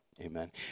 Amen